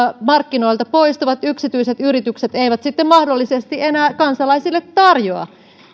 markkinoilta poistuvat yksityiset yritykset eivät sitten mahdollisesti enää kansalaisille tarjoa